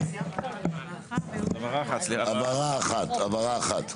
הבהרה אחת סליחה.